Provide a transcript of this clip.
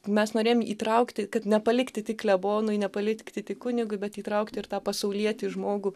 mes norėjom įtraukti kad nepalikti tik klebonui nepalikti tik kunigui bet įtraukti ir tą pasaulietį žmogų